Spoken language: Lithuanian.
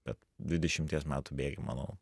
bet dvidešimties metų bėgy manau